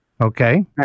Okay